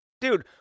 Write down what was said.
Dude